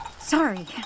Sorry